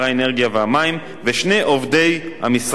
ושני עובדי המשרד להגנת הסביבה,